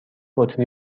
بطری